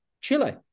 Chile